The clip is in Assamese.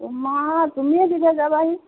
তোমাৰ তুমিয়ে দি থৈ যাবাহি